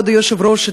כבוד היושב-ראש,